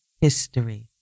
history